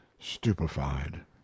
stupefied